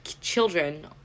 children